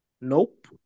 Nope